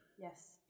Yes